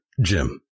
Jim